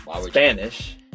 Spanish